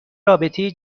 رابطه